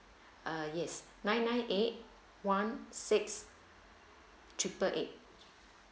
uh yes nine nine eight one six triple eight